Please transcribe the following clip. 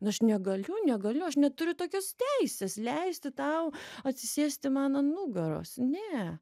nu aš negaliu negaliu aš neturiu tokios teisės leisti tau atsisėsti man an nugaros ne